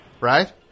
Right